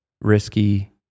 risky